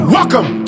Welcome